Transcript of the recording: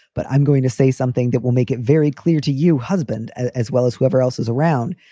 but i'm going to say something that will make it very clear to you husband as well as whoever else is around,